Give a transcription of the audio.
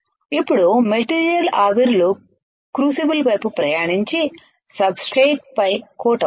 ఇప్పుడు మెటీరియల్ ఆవిర్లు క్రూసిబుల్ వైపు ప్రయాణించి సబ్ స్ట్రేట్ పై కోట్ అవుతాయి